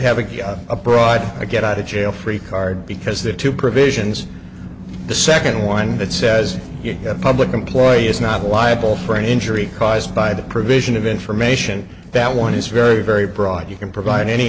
have a a broad a get out of jail free card because there are two provisions the second one that says public employee is not liable for injury caused by the provision of information that one is very very broad you can provide any